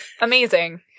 Amazing